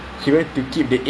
actually true